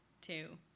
two